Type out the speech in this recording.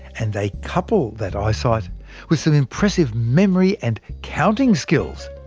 and they couple that eyesight with some impressive memory and counting skills.